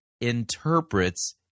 interprets